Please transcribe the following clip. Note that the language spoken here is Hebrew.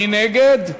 מי נגד?